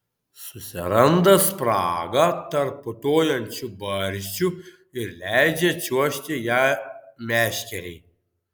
susiranda spragą tarp putojančių barščių ir leidžia čiuožti ja meškerei